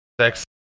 sex